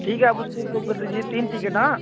ठीक है आप उस पर बुक कर दीजिए तीन टिकट हाँ